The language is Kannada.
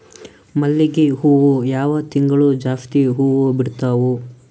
ಮಲ್ಲಿಗಿ ಹೂವು ಯಾವ ತಿಂಗಳು ಜಾಸ್ತಿ ಹೂವು ಬಿಡ್ತಾವು?